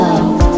Love